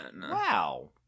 wow